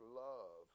love